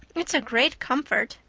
it's a great comfort.